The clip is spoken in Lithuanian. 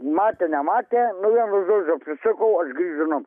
matė nematė nu vienu žodžiu apsisukau aš grįžau namo